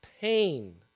pain